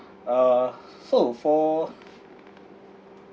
uh so for